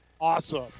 Awesome